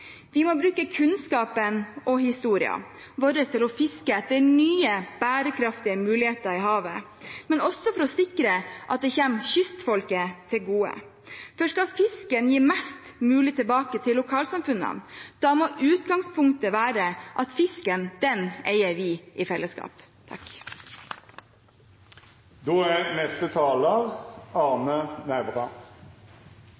Vi må bruke kunnskapen og historien vår til å fiske etter nye bærekraftige muligheter i havet, men også for å sikre at det kommer kystfolket til gode. For skal fisken gi mest mulig tilbake til lokalsamfunnene, må utgangspunktet være at fisken eier vi i fellesskap.